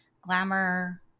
Glamour